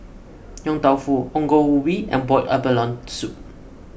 Yong Tau Foo Ongol Ubi and Boiled Abalone Soup